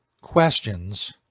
questions